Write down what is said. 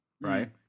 right